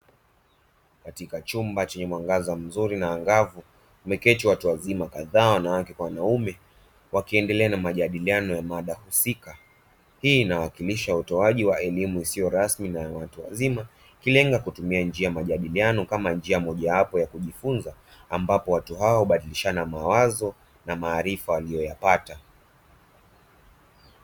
Katika chumba chenye mwangaza mzuri na angavu wameketi watu wazima kadhaa wanawake kwa wanaume wakiendelea na majadiliano ya mada husika ,hii inawakilisha utoaji wa elimu isiyo rasmi na ya watu wazima ikilenga kutumia njia moja ya majadiliano kama njia mojawapo ya kujifunza ambapo watu hao hubadilishana mawazo na maarifa waliyoipata.